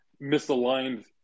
misaligned